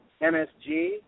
MSG